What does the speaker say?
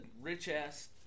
rich-ass